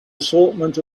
assortment